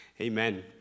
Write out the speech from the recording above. Amen